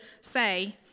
say